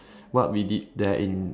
what we did there in